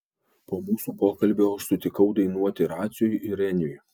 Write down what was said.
po mūsų pokalbio aš sutikau dainuoti raciui ir reniui